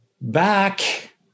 back